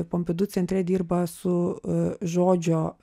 pompidu centre dirba su žodžio